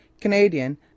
Canadian